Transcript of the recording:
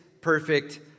perfect